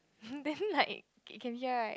then like can hear right